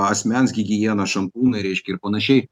asmens gigiena šampūnai reiškia ir panašiai